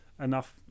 enough